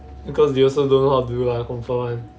because they also don't know how to do ah confirm [one]